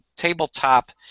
Tabletop